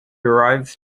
arrives